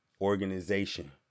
organization